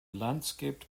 landscaped